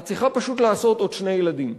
את צריכה פשוט לעשות עוד שני ילדים.